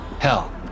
Hell